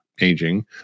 aging